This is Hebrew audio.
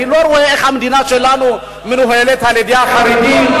אני לא רואה איך המדינה שלנו מנוהלת על-ידי החרדים.